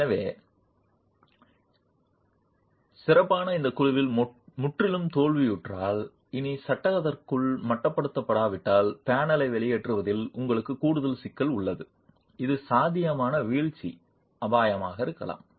எனவே ultimate இல் குழு முற்றிலும் தோல்வியுற்றால் இனி சட்டகத்திற்குள் மட்டுப்படுத்தப்படாவிட்டால் பேனலை வெளியேற்றுவதில் உங்களுக்கு கூடுதல் சிக்கல் உள்ளது இது சாத்தியமான வீழ்ச்சி அபாயமாக இருக்கலாம்